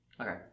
Okay